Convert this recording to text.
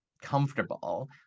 comfortable